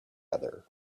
other